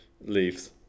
leaves